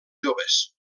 joves